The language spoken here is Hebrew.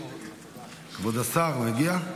חברי הכנסת, כבוד השר, כן,